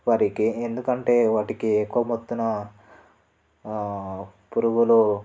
వరికి ఎందుకంటే వాటికి ఎక్కువ మొత్తాన పురుగులు